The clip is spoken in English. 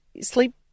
sleep